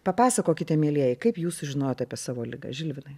papasakokite mielieji kaip jūs sužinojot apie savo ligą žilvinai